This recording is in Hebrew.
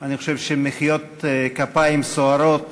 אני חושב שמחיאות כפיים סוערות